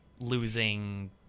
losing